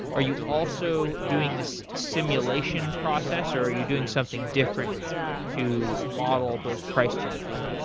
are you also doing this simulation process or are you doing something different to model those price changes?